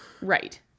Right